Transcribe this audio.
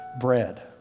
bread